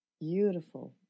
Beautiful